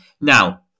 Now